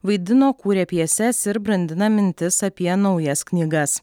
vaidino kūrė pjeses ir brandina mintis apie naujas knygas